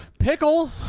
Pickle